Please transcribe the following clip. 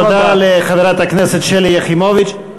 תודה לחברת הכנסת שלי יחימוביץ.